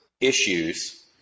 issues